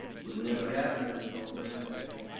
woulda never happened in his old man's day.